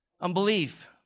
unbelief